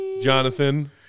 Jonathan